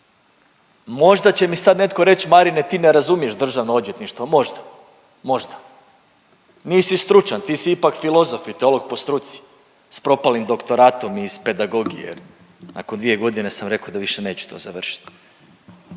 Možda će mi sad netko reći, Marine, ti ne razumiješ DORH, možda. Možda. Nisi stručan, ti si ipak filozof i teolog po struci s propalim doktoratom iz pedagogije jer nakon 2 godine sam rekao da više neću to završiti.